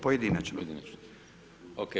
Pojedinačno.